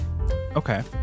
Okay